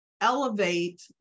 elevate